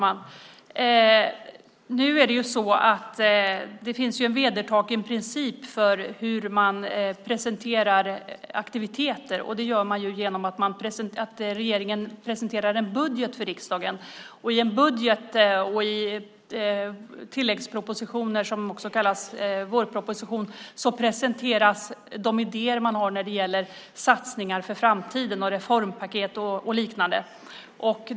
Fru talman! Det finns en vedertagen princip för hur aktiviteter presenteras. Det sker ju genom att regeringen för riksdagen presenterar en budget. I en budget och i en tilläggsproposition, också kallad vårproposition, presenteras de idéer man har när det gäller satsningar för framtiden, reformpaket och liknande.